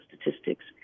statistics